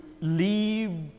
leave